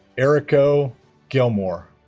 eriko gilmore